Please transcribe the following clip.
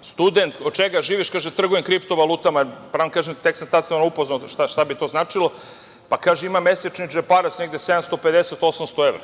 studenta. Od čega živiš, kaže – trgujem kriptovalutama. Pravo da vam kažem tek sam tada upoznao šta bi to značilo. Kaže – imam mesečni džeparac oko 750, 800 evra.